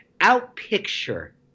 out-picture